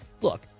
Look